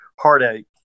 heartache